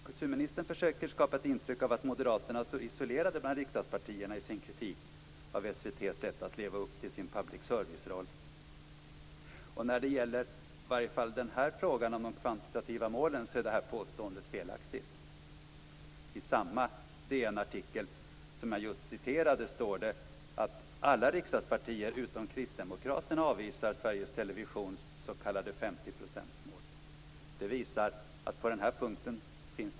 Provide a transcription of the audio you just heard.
Kulturministern försöker skapa ett intryck av att Moderaterna står isolerade bland riksdagspartierna i sin kritik av SVT:s sätt att leva upp till sin public service-roll. I varje fall när det gäller frågan om de kvantitativa målen är detta påstående felaktigt. I samma DN-artikel som jag just citerat ur står det: Det visar att det faktiskt finns en stor samsyn på den här punkten.